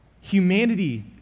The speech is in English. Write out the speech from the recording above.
Humanity